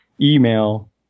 email